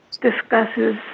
discusses